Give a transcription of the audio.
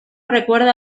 recuerda